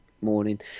morning